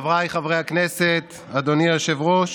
חבריי חברי הכנסת, אדוני היושב-ראש,